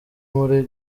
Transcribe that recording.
muri